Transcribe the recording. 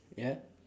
ya